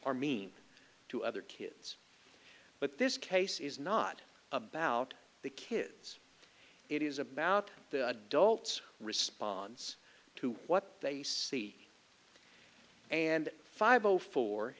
are mean to other kids but this case is not about the kids it is about the adults response to what they see and five o four